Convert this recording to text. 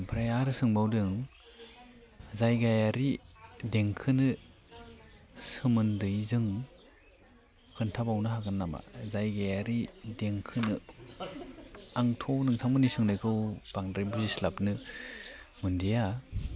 ओमफ्राय आरो सोंबावदों जायगायारि देंखोनि सोमोन्दै नों खोनथाबावनो हागोन नामा जायगायारि देंखोनि आंथ' नोंथांमोननि सोंनायखौ बांद्राय बुजि स्लाबनो मोनदिया